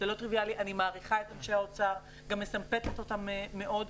אני מעריכה את אנשי האוצר וגם מסמפתת אותם מאוד.